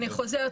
אני חוזרת,